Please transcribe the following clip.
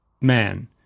man